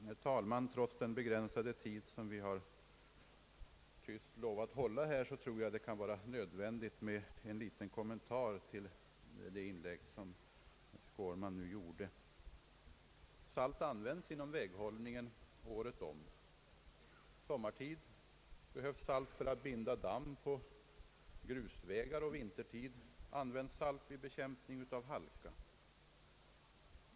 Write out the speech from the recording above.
Herr talman! Trots den begränsade tid som vi tyst lovat hålla här kan det vara nödvändigt med en liten kommentar till herr Skårmans inlägg. Salt används inom «väghållningen året om. Sommartid behövs salt för att binda damm på grusvägar, och vintertid används salt för bekämpning av halka.